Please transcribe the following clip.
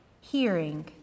Hearing